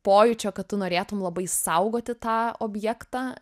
pojūčio kad tu norėtum labai saugoti tą objektą